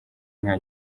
nta